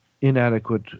inadequate